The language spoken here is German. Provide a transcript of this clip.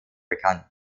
bekannt